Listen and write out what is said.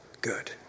good